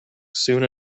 soon